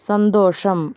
സന്തോഷം